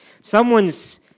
Someone's